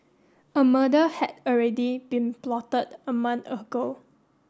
a murder had already been plotted a month ago